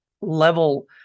level